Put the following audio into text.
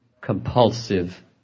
compulsive